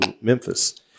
Memphis